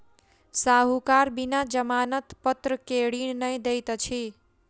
साहूकार बिना जमानत पत्र के ऋण नै दैत अछि